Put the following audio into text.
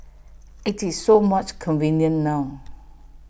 IT is so much convenient now